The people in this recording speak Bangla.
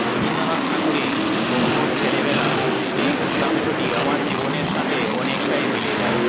রবীন্দ্রনাথ ঠাকুরের অপুর ছেলেবেলা এই গদ্যাংশটি আমার জীবনের সাথে অনেকটাই মিলে যায়